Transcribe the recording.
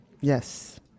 Yes